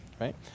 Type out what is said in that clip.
right